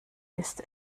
ist